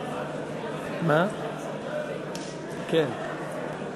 סעיף 54, כהצעת